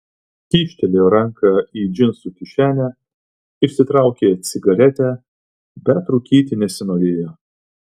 kyštelėjo ranką į džinsų kišenę išsitraukė cigaretę bet rūkyti nesinorėjo